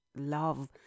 love